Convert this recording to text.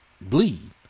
bleed